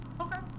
Okay